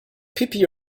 pipi